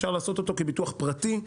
אפשר לעשות אותו כביטוח פרטי,